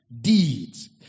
Deeds